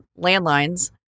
Landlines